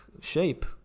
shape